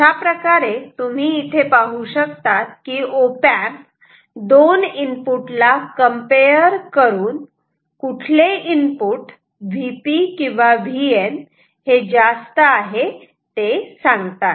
अशाप्रकारे तुम्ही इथे पाहू शकतात की ऑप अँप 2 इनपुट ला कम्पेअर करून कुठले इनपुट Vp किंवा Vn जास्त आहे ते सांगतात